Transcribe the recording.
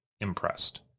impressed